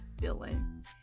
Feeling